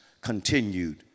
continued